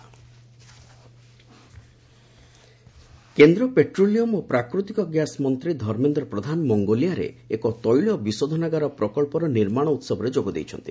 ପ୍ରଧାନ Mongolia କେନ୍ଦ୍ର petroleum ଓ ପ୍ରାକୃତିକ ଗ୍ୟାସ୍ ମନ୍ତ୍ରୀ ଧର୍ମେନ୍ଦ୍ର ପ୍ରଧାନ ମଙ୍ଗୋଲିଆରେ ଏକ ତୈଳ ବିଶୋଧନାଗାର ପ୍ରକଳ୍ପର ନିର୍ମାଣ ଉହବରେ ଯୋଗଦେଇଛନ୍ତି